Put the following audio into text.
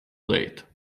late